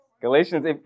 Galatians